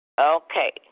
Okay